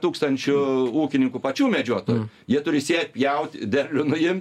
tūkstančių ūkininkų pačių medžiotojų jie turi sėt pjaut derlių nuimt